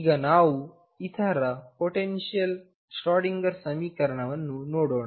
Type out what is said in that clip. ಈಗ ನಾವು ಇಂಥ ಪೊಟೆನ್ಶಿಯಲ್ಗಳ ಶ್ರೋಡಿಂಗರ್ ಸಮೀಕರಣವನ್ನು ನೋಡೋಣ